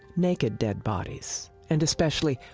naked dead bodies. and especially,